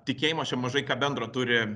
tikėjimas čia mažai ką bendro turi